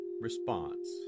response